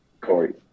Corey